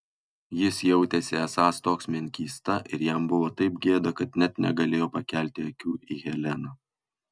jis jautėsi esąs toks menkysta ir jam buvo taip gėda kad net negalėjo pakelti akių į heleną